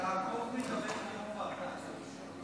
יעקב מדבר כיו"ר ועדה?